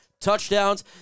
touchdowns